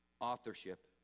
authorship